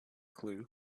clue